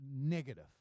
negative